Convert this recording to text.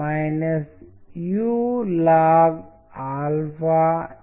మొదటిది George Herbert Easter wings